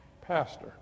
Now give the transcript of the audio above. pastor